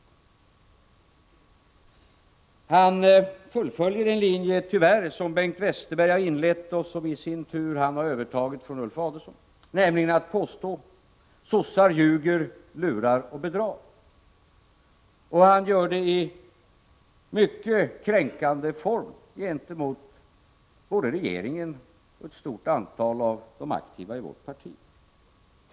Ingemar Eliasson fullföljer tyvärr en linje som Bengt Westerberg har inlett och som han i sin tur har övertagit från Ulf Adelsohn: Han påstår att sossar ljuger, lurar och bedrar. Han gör det i en form som är mycket kränkande både för regeringen och för ett stort antal av de aktiva i vårt parti.